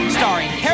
starring